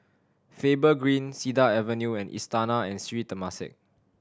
Faber Green Cedar Avenue and Istana and Sri Temasek